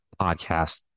podcast